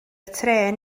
trên